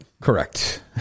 Correct